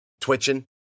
twitching